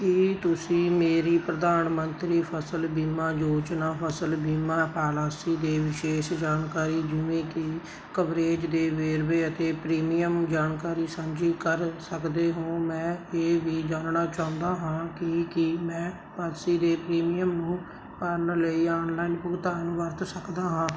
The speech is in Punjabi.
ਕੀ ਤੁਸੀਂ ਮੇਰੀ ਪ੍ਰਧਾਨ ਮੰਤਰੀ ਫਸਲ ਬੀਮਾ ਯੋਜਨਾ ਫਸਲ ਬੀਮਾ ਪਾਲਿਸੀ ਦੇ ਵਿਸ਼ੇਸ਼ ਜਾਣਕਾਰੀ ਜਿਵੇਂ ਕਿ ਕਵਰੇਜ ਦੇ ਵੇਰਵੇ ਅਤੇ ਪ੍ਰੀਮੀਅਮ ਜਾਣਕਾਰੀ ਸਾਂਝੀ ਕਰ ਸਕਦੇ ਹੋ ਮੈਂ ਇਹ ਵੀ ਜਾਣਨਾ ਚਾਹੁੰਦਾ ਹਾਂ ਕਿ ਕੀ ਮੈਂ ਪਾਲਿਸੀ ਦੇ ਪ੍ਰੀਮੀਅਮ ਨੂੰ ਭਰਨ ਲਈ ਆਨਲਾਈਨ ਭੁਗਤਾਨ ਵਰਤ ਸਕਦਾ ਹਾਂ